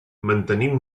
mantenint